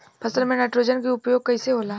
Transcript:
फसल में नाइट्रोजन के उपयोग कइसे होला?